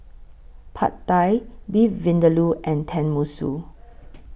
Pad Thai Beef Vindaloo and Tenmusu